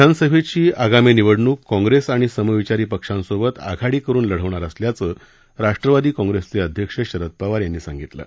विधानसभेची आगामी निवडणूक काँग्रेस आणि समविचारी पक्षासोबत आघाडी करून लढवणार असल्याचं राष्ट्रवादी काँग्रेस पक्षाचे अध्यक्ष शरद पवार यांनी सांगितलं आहे